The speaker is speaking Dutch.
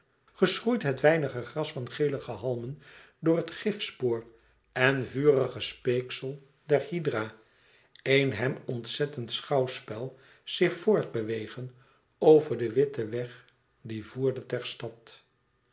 geschroeid het weinige gras van gelige halmen door het gifspoor en vurige speeksel der hydra een hem ontzettend schouwspel zich voort bewegen over den witten weg die voerde